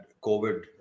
COVID